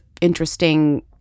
interesting